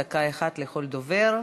דקה אחת לכל דובר.